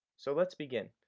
so let's begin.